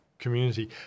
community